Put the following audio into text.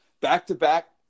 back-to-back